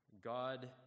God